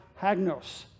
hagnos